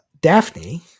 Daphne